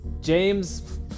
James